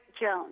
Jones